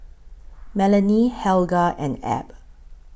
Melanie Helga and Ab